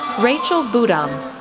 rachel boutom,